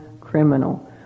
criminal